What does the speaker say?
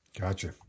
Gotcha